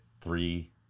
three